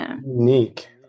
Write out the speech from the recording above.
unique